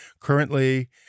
Currently